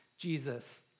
Jesus